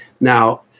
Now